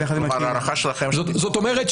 זאת אומרת,